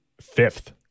fifth